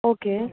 okay